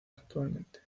actualmente